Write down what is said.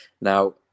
now